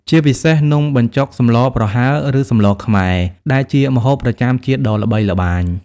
ជាពិសេសនំបញ្ចុកសម្លរប្រហើរ ឬសម្លរខ្មែរដែលជាម្ហូបប្រចាំជាតិដ៏ល្បីល្បាញ ។